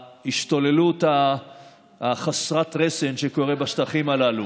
להשתוללות חסרת הרסן ומה שקורה בשטחים הללו.